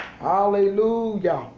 hallelujah